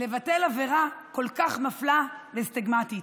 לבטל עבירה כל כך מפלה וסטיגמטית,